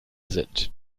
sind